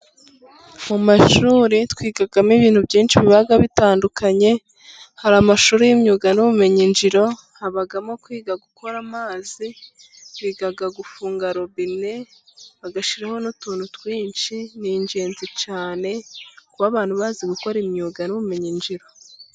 Mu mashuri twigamo ibintu byinshi biba bitandukanye. Hari amashuri y'imyuga n'ubumenyingiro habamo kwiga gukora amazi, biga gufunga robine bagashiraho n'utuntu twinshi. Ni ingenzi cyane kuba abantu bazi gukora imyuga n'ubumenyingiro.